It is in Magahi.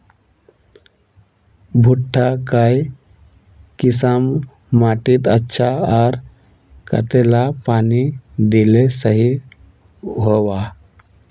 भुट्टा काई किसम माटित अच्छा, आर कतेला पानी दिले सही होवा?